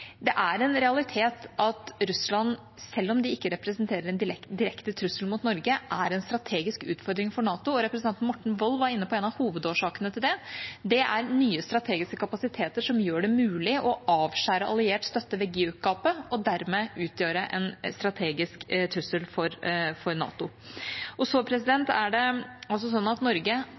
Det er en realitet at Russland, selv om de ikke representerer en direkte trussel mot Norge, er en strategisk utfordring for NATO. Representanten Morten Wold var inne på en av hovedårsakene til det. Det er nye strategiske kapasiteter som gjør det mulig å avskjære alliert støtte ved GIUK-gapet, og dermed utgjøre en strategisk trussel for NATO. Så er det altså sånn at Norge